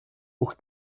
pour